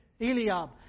Eliab